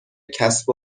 کسب